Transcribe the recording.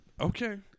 Okay